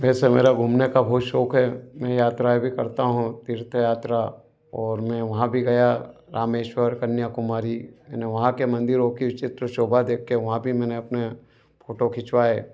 वैसे मेरा घूमने का बहुत शौक है यात्रायें भी करता हूँ तीर्थ यात्रा और मैं वहाँ भी गया रामेश्वर कन्याकुमारी मैने वहाँ के मंदिरों की चित्र शोभा देख के वहाँ भी मैने अपने फोटो खींचवाये